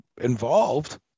involved